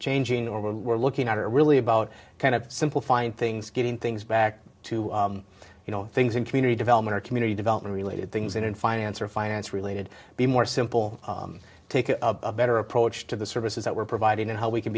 changing or we're looking at are really about kind of simplifying things getting things back to you know things in community development or community development related things in finance or finance related be more simple take a better approach to the services that we're providing and how we can